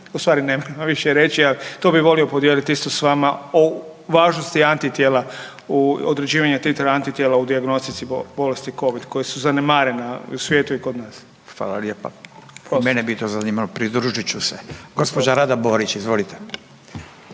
ustvari ne mogu više reći, ali tu bi volio podijeliti isto s vama, o važnosti antitijela u određivanju titar antitijela u dijagnostici bolesti Covid koji su zanemarena u svijetu i kod nas. **Radin, Furio (Nezavisni)** Hvala lijepa. To mene je zanimalo, pridružit ću se. Gđa. Rada Borić, izvolite.